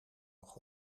nog